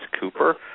Cooper